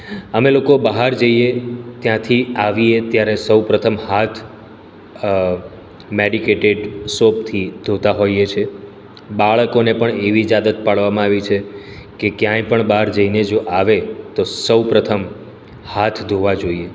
અમે લોકો બહાર જઈએ ત્યાંથી આવીએ ત્યારે સૌપ્રથમ હાથ મેડિકેટેડ સોપથી ધોતા હોઈએ છે બાળકોને પણ એવી જ આદત પાડવામાં આવી છે કે ક્યાંય પણ બહાર જઈને જો આવે તો સૌપ્રથમ હાથ ધોવા જોઈએ